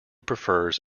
prefers